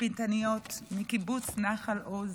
התצפיתניות מקיבוץ נחל עוז,